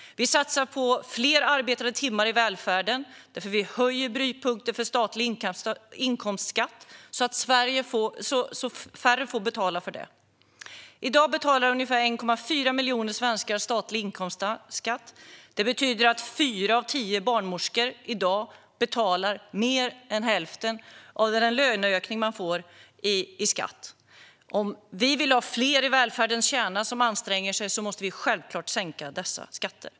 Vi satsar på fler arbetade timmar i välfärden. Vi höjer brytpunkten för statlig inkomstskatt så att färre får betala den. I dag betalar ungefär 1,4 miljoner svenskar statlig inkomstskatt. Det betyder att fyra av tio barnmorskor i dag betalar mer än hälften av den löneökning de får i skatt. Om vi vill ha fler i välfärdens kärna som anstränger sig måste vi självklart sänka dessa skatter.